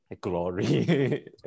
Glory